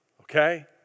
Okay